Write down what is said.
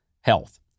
health